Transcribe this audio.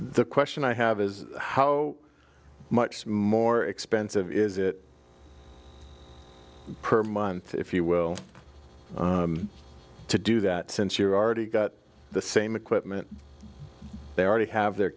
the question i have is how much more expensive is it per month if you will to do that since you already got the same equipment they already have their